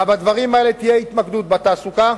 ותהיה התמקדות בדברים האלה: בתעסוקה,